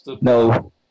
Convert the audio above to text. no